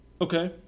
Okay